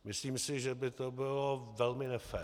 Myslím si, že by to bylo velmi nefér.